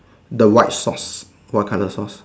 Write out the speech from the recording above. the white socks what color socks